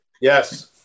yes